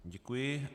Děkuji.